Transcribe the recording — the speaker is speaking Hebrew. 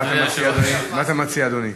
מה אתה מציע, אדוני?